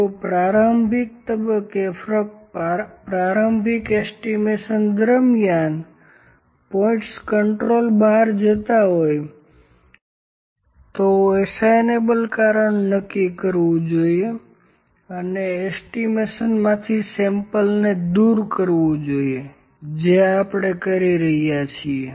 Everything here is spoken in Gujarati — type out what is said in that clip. જો પ્રારંભિક તબક્કે ફક્ત પ્રારંભિક અંદાજ એસ્ટિમેશન દરમિયાનના પોઇન્ટ્સ કન્ટ્રોલ બહાર હોય તો એસાઇનેબલ કારણ નક્કી કરવું જોઈએ અને એસ્ટિમેશનમાંથી સેમ્પલને દૂર કરવું જોઈએ જે આપણે કરી રહ્યા છીએ